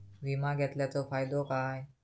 विमा घेतल्याचो फाईदो काय?